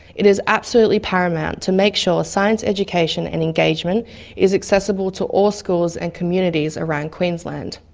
it is absolutely paramount to make sure science education and engagement is accessible to all schools and communities around queensland.